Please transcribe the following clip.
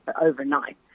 overnight